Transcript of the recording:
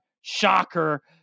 Shocker